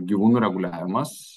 gyvūnų reguliavimas